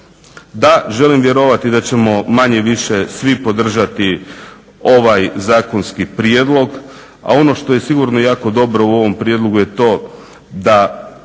Da, želim vjerovati da ćemo manje-više svi podržati ovaj zakonski prijedlog. A ono što je sigurno jako dobro u ovom prijedlogu je to da